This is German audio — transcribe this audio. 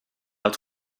als